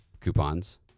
coupons